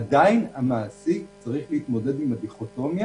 עדיין המעסיק צריך להתמודד עם הדיכוטומיה